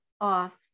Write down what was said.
off